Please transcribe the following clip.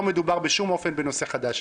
לא מדובר בשום אופן בנושא חדש.